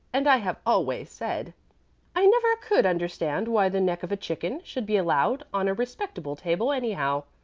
and i have always said i never could understand why the neck of a chicken should be allowed on a respectable table anyhow,